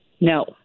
No